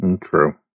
true